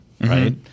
Right